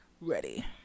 Ready